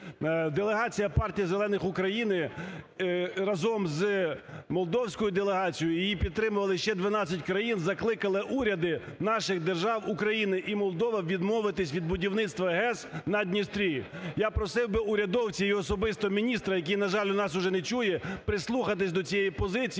делегація Партії зелених України разом з молдовською делегацією, її підтримували ще 12 країн, закликали уряди наших держав України і Молдови відмовитись від будівництва ГЕС на Дністрі. Я просив би урядовців і особливо міністра, який, на жаль, нас уже не чує, прислухатись до цієї позиції,